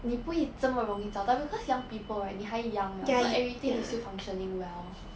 你不会这么容易找到 because young people right 你还 young so everything is still functioning well